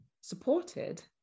supported